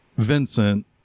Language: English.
vincent